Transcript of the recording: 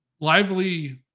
Lively